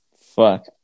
fuck